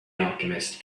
alchemist